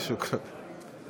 שוכראן.